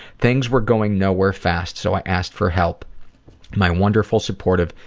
things were going nowhere fast, so i asked for help my wonderful, supportive,